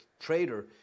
trader